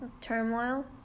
turmoil